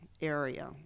area